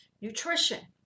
nutrition